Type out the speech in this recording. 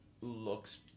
looks